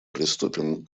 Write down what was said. приступим